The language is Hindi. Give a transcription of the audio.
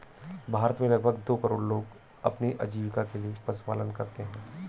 भारत में लगभग दो करोड़ लोग अपनी आजीविका के लिए पशुपालन करते है